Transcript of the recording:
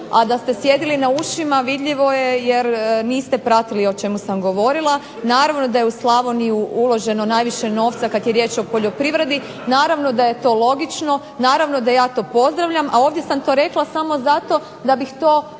a da ste sjedili na ušima vidljivo je jer niste pratili o čemu sam govorila. Naravno da je u Slavoniju uloženo najviše novca kad je riječ o poljoprivredi. Naravno da je to logično, naravno da ja to pozdravljam, a ovdje sam to rekla samo zato da bih to